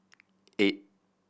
eight